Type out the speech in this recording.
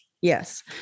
Yes